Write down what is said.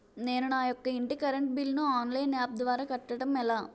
నేను నా యెక్క ఇంటి కరెంట్ బిల్ ను ఆన్లైన్ యాప్ ద్వారా కట్టడం ఎలా?